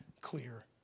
clear